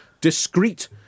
discreet